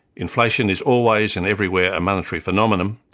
inflation is always and everywhere a monetary phenomenon,